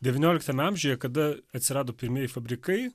devynioliktame amžiuje kada atsirado pirmieji fabrikai